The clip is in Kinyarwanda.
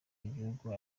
igihugu